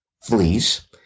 fleas